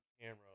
camera